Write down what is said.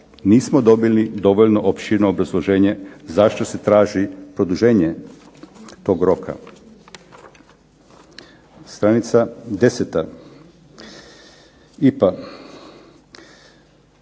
Nismo dobili dovoljno opširno obrazloženje zašto se traži produženje tog roka.